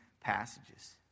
passages